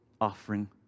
offering